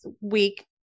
week